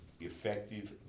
effective